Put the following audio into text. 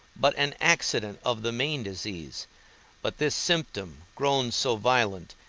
but an accident of the main disease but this symptom, grown so violent,